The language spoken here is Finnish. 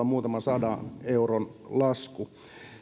muutaman sadan euron lasku